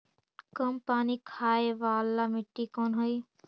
कम पानी खाय वाला मिट्टी कौन हइ?